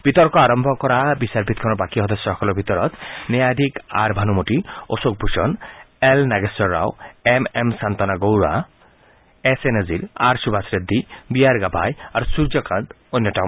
বিতৰ্ক আৰম্ভ কৰা বিচাৰপীঠখনৰ বাকী সদস্যসকলৰ ভিতৰত ন্যায়াধীশ R Bhanumathi Ashok Bhushan L Nageswara Rao M M Shantanagoudar S A Nazeer R Subhash Reddy B R Gavai আৰু সূৰ্য কান্ত অন্যতম